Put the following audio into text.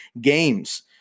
games